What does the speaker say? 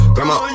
Grandma